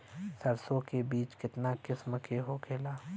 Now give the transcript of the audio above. सरसो के बिज कितना किस्म के होखे ला?